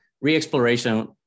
re-exploration